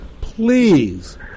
please